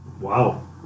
Wow